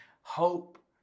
hope